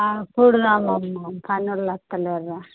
అప్పుడు రా బాబు కాన్న వాళ్ళు అక్కరలేదురా